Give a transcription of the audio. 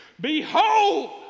Behold